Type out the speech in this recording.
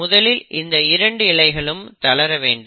முதலில் இந்த 2 இழைகளும் தளர வேண்டும்